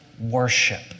worship